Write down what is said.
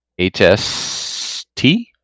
HST